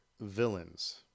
villains